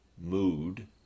mood